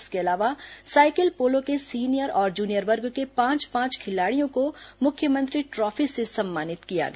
इसके अलावा cycle polo के सीनियर और जूनियर वर्ग के पांच पांच खिलाड़ियों को मुख्यमंत्री ट्राफी से सम्मानित किया गया